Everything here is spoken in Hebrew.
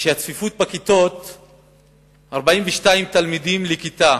הצפיפות בכיתות היא 42 תלמידים בכיתה,